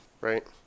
Right